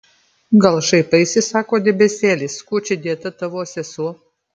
gal šaipaisi sako debesėlis kuo čia dėta tavo sesuo